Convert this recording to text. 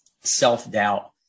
self-doubt